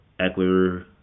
Eckler